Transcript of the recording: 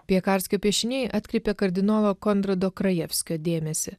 piekarskio piešiniai atkreipė kardinolo konrado krajevskio dėmesį